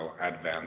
advanced